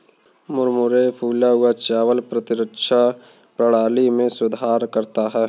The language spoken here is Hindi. मुरमुरे फूला हुआ चावल प्रतिरक्षा प्रणाली में सुधार करता है